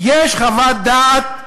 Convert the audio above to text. יש חוות דעת מפורטת,